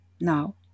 now